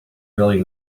really